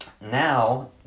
Now